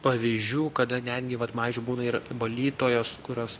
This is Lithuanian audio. pavyzdžių kada netgi vat pavyzdžiui būna ir valytojos kurios